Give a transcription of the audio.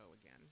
again